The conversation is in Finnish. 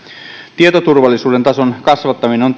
tietoturvallisuuden tason kasvattaminen on